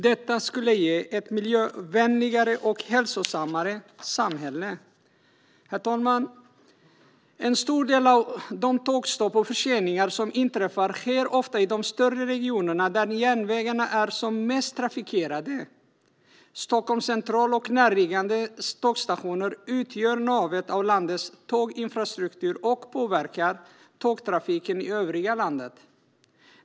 Detta skulle ge ett miljövänligare och hälsosammare samhälle. Herr talman! En stor del av de tågstopp och förseningar som inträffar sker i de större regionerna, där järnvägarna är som mest trafikerade. Stockholms central och närliggande tågstationer utgör navet i landets tåginfrastruktur och påverkar tågtrafiken i övriga landet.